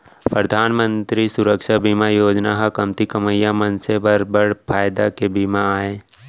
परधान मंतरी सुरक्छा बीमा योजना ह कमती कमवइया मनसे बर बड़ फायदा के बीमा आय